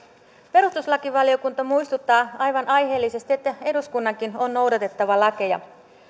perustuslakivaliokunta muistuttaa aivan aiheellisesti että eduskunnankin on noudatettava lakeja